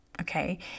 okay